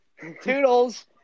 toodles